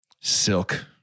Silk